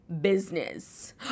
business